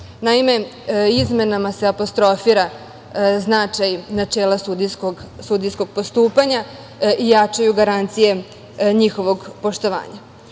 Naime, izmenama se apostrofira značaj načela sudijskog postupanja i jačaju garancije njihovog poštovanja.U